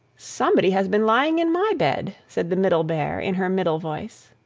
somebody has been lying in my bed! said the middle bear, in her middle voice.